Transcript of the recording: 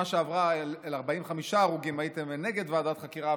שעברה עם 45 הרוגים הייתם נגד ועדת חקירה,